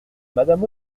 madame